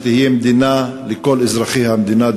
שתהיה מדינה לכל אזרחי המדינה,